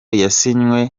yasinywe